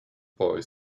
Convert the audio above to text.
boy